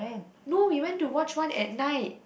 no we went to watch one at night